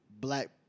black